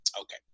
Okay